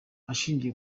ashingiye